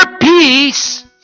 peace